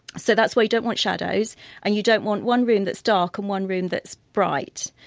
so that's why you don't want shadows and you don't want one room that's dark and one room that's bright.